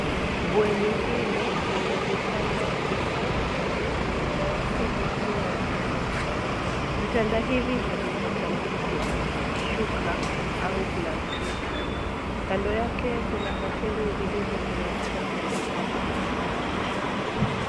Bweni hili lina vitanda tofauti, moja yake ikiwa ya ghorofa. Vitanda hivi havijatandikwa shuka au blanketi. Kando yake kuna kateni zilizoteremshwa kutoka kwa ukuta hadi chini.